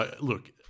Look